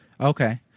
Okay